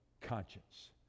conscience